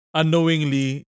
unknowingly